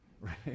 right